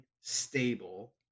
stable